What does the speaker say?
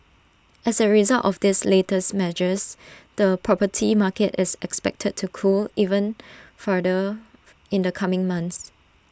as A result of these latest measures the property market is expected to cool even further in the coming months